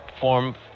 form